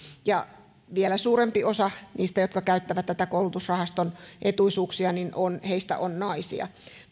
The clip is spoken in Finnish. vielä suurempi osa niistä jotka käyttävät koulutusrahaston etuisuuksia on naisia